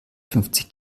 fünfzig